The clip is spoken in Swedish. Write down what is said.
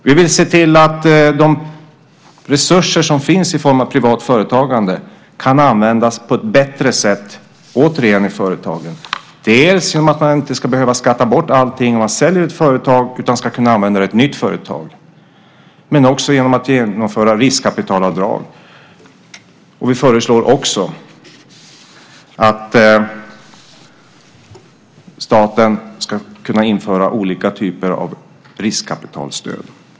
Vi vill se till att de resurser som finns i form av privat företagande kan användas på ett bättre sätt, återigen, i företagen - dels genom att man inte ska behöva skatta bort allting om man säljer ett företag utan kunna använda det i ett nytt företag, dels genom att vi genomför riskkapitalavdrag. Vi föreslår också att staten ska kunna införa olika typer av riskkapitalstöd.